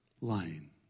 lying